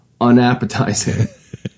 unappetizing